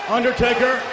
Undertaker